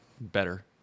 better